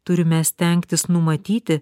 turime stengtis numatyti